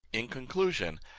in conclusion,